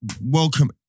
welcome